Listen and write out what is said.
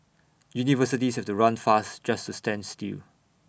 universities have to run fast just to stand still